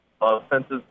offenses